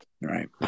right